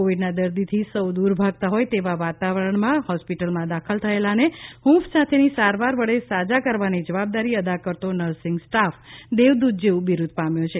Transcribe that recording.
કોવિડના દર્દી થી સૌ દૂર ભાગતા હોય તેવા વાતાવરણમાં હોસ્પિટલમાં દાખલ થયેલાને હંફ સાથેની સારવાર વડે સાજા કરવાની જવાબદારી અદા કરતો નર્સિંગ સ્ટાફ દેવદ્દત જેવુ બિરુદ પામ્યો છે